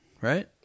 right